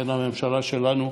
בין הממשלה שלנו